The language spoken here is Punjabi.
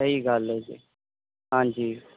ਸਹੀ ਗੱਲ ਹੈ ਜੀ ਹਾਂਜੀ